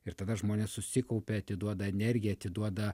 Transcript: ir tada žmonės susikaupia atiduoda energiją atiduoda